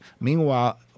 Meanwhile